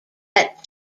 that